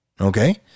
Okay